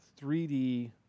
3D